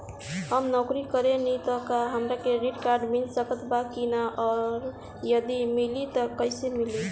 हम नौकरी करेनी त का हमरा क्रेडिट कार्ड मिल सकत बा की न और यदि मिली त कैसे मिली?